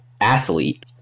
athlete